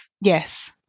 yes